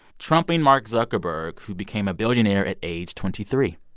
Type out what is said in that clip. trumping mark zuckerberg, who became a billionaire at age twenty three.